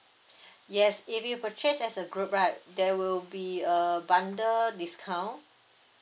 yes if you purchase as a group right there will be a bundle discount